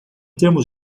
termos